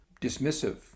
dismissive